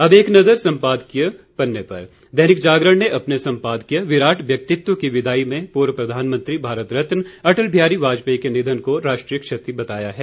अब एक नजर संपादकीय पर दैनिक जागरण ने अपने संपादकीय विराट व्यक्तित्व की विदाई में पूर्व प्रधानमंत्री भारत रत्न अटल बिहारी वाजपेयी के निधन को राष्ट्रीय क्षति बताया है